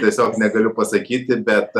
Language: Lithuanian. tiesiog negaliu pasakyti bet